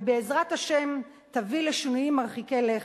ובעזרת השם תביא לשינויים מרחיקי לכת.